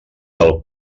del